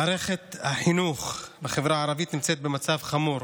מערכת החינוך בחברה הערבית נמצאת במצב חמור